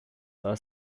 are